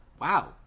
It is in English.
wow